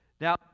Now